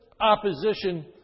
opposition